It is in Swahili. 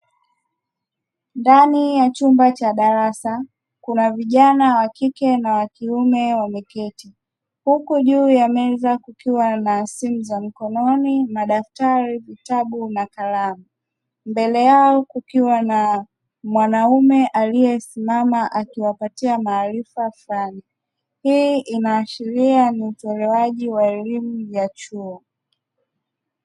Ndani ya chumba cha darasa kuna vijana wa kike na wa kiume wameketi huku juu ya meza kukiwa na simu za mkononi, madaftari, vitabu na kalamu mbele yao kukiwa na mwanaume aliesimama akiwapataia maarifa fulani. Hii inaashiria ni utolewaji wa elimu ya chuo.